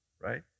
right